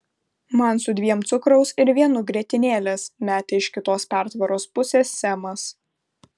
man su dviem cukraus ir vienu grietinėlės metė iš kitos pertvaros pusės semas